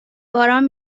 باران